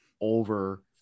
over